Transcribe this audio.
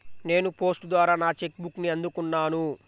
నేను పోస్ట్ ద్వారా నా చెక్ బుక్ని అందుకున్నాను